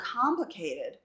complicated